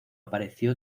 apareció